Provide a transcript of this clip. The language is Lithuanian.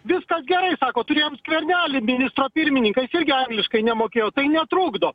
viskas gerai sako turėjom skvernelį ministrą pirmininką jis irgi angliškai nemokėjo tai netrukdo